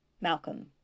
Malcolm